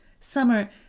Summer